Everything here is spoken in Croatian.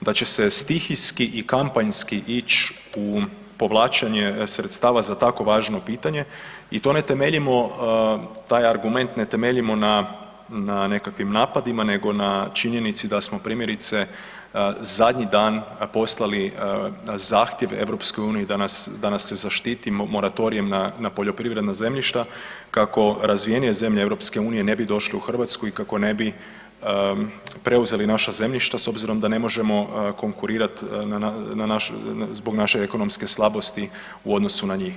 da će se stihijski i kampanjski ić u povlačenje sredstava za tako važno pitanje i to ne temeljimo, taj argument ne temeljimo na nekakvim napadima nego na činjenici da smo primjerice zadnji dan poslali zahtjev EU da nas se zaštiti moratorijem na poljoprivredna zemljišta kako razvijenije zemlje EU ne bi došle u Hrvatsku i kako ne bi preuzeli naša zemljišta s obzirom da ne možemo konkurirat zbog naše ekonomske slabosti u odnosu na njih.